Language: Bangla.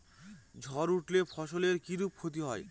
ঝড় উঠলে ফসলের কিরূপ ক্ষতি হয়?